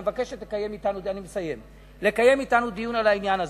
היא מבקשת לקיים אתנו דיון על העניין הזה.